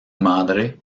madre